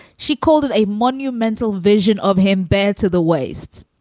she called it a monumental vision of him. bend to the waist